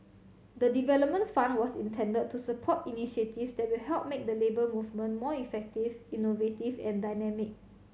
the development fund was intended to support initiatives that will help make the Labour Movement more effective innovative and dynamic